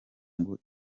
ngo